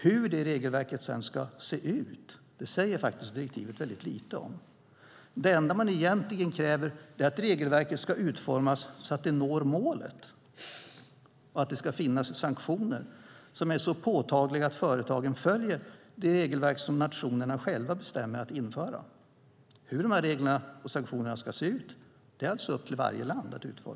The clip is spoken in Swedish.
Hur det regelverket sedan ska se ut säger faktiskt direktivet väldigt lite om. Det enda EU egentligen kräver är att regelverket ska utformas så att man når målet och att det ska finnas sanktioner som är så påtagliga att företagen följer det regelverk som nationerna själva beslutar att införa. Hur de här reglerna och sanktionerna ska se ut är alltså upp till varje land.